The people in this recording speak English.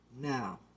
Now